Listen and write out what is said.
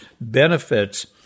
benefits